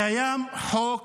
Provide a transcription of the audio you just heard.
קיים חוק,